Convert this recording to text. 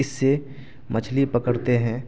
اس سے مچھلی پکڑتے ہیں